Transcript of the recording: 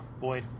boy